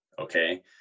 Okay